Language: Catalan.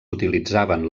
utilitzaven